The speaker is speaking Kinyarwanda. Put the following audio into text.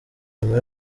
nyuma